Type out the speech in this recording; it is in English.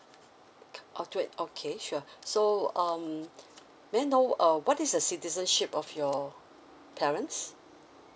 okay oh twen~ okay sure so um may I know uh what is the citizenship of your parents